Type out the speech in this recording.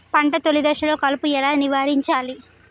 పంట తొలి దశలో కలుపు ఎలా నివారించాలి?